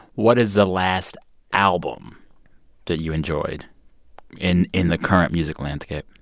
what is the last album that you enjoyed in in the current music landscape?